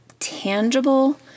tangible